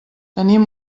tenim